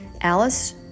alice